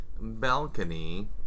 balcony